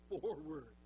forward